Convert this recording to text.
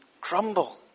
crumble